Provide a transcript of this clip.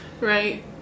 Right